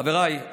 חבריי,